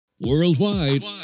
Worldwide